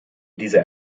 dieser